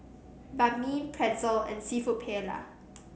Banh Mi Pretzel and seafood Paella